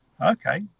okay